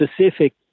specific